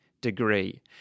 degree